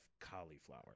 Cauliflower